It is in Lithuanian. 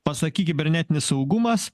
pasakyk kibernetinis saugumas